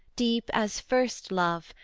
deep as first love,